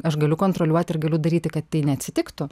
aš galiu kontroliuot ir galiu daryti kad tai neatsitiktų